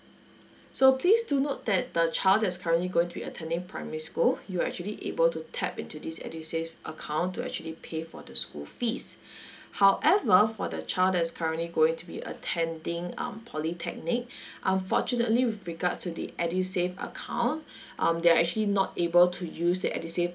so please do note that the child that's currently going to be attending primary school you're actually able to tap into this edusave account to actually pay for the school fees however for the child that's currently going to be attending um polytechnic unfortunately with regards to the edusave account um they're actually not able to use the edusave